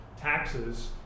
taxes